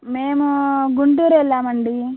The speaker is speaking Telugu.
మేమూ గుంటూరు వెళ్ళామండి